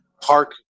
park